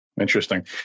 Interesting